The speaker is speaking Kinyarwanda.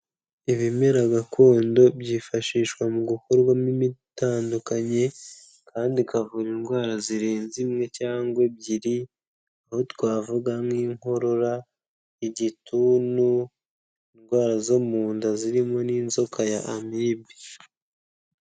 Ibimera gakondo byifashishwa mu gukorwamo imiti itandukanye kandi ikavura indwara zirenze imwe cyangwa ebyiri aho twavuga nk'inkorora, igituntu, indwara zo mu nda zirimo n'inzoka ya amibe.